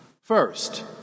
First